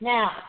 Now